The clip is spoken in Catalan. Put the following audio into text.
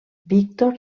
víctor